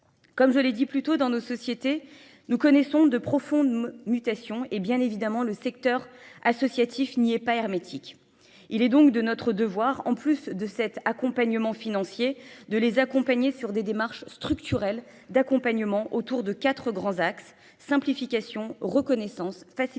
Comme je l'ai dit plus tôt dans nos sociétés, nous connaissons de profondes mutations et bien évidemment le secteur associatif n'y est pas hermétique. Il est donc de notre devoir, en plus de cet accompagnement financier, de les accompagner sur des démarches structurelles d'accompagnement autour de quatre grands axes simplification, reconnaissance, facilitation